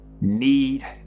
need